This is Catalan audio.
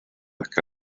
que